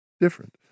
different